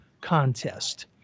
contest